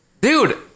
Dude